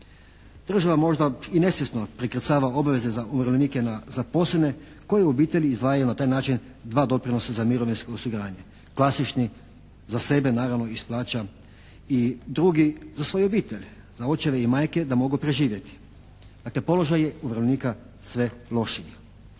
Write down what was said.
Država možda i nesvjesno prekrcava obaveze za umirovljenike na zaposlene koji u obitelji izdvajaju na taj način dva doprinosa za mirovinsko osiguranje, klasični za sebe naravno iz plaća i drugi za svoju obitelj, za očeve i majke da mogu preživjeti. Dakle položaj je umirovljenika sve lošiji.